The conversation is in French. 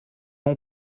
mon